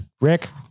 Rick